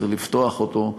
צריך לפתוח אותו,